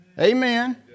Amen